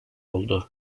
oldu